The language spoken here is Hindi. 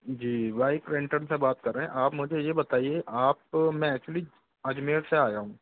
जी बाईक रेंटल से बात कर रहे हैं आप मुझे ये बताईए आप मैं एक्चूली अजमेर से आया हूँ